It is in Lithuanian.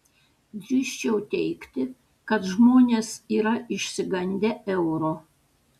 drįsčiau teigti kad žmonės yra išsigandę euro